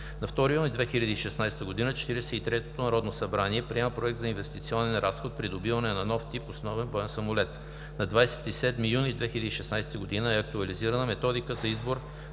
на 2 юни 2016 г. 43-то народно събрание приема Проект на инвестиционен разход „Придобиване на нов тип боен самолет“; - на 27 юни 2016 г. е актуализирана Методика за избор